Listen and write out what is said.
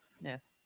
Yes